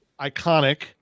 iconic